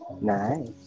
Nice